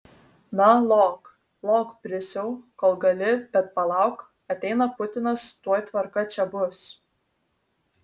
na lok lok brisiau kol gali bet palauk ateina putinas tuoj tvarka čia bus